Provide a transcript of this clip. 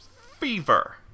Fever